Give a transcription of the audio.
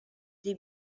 des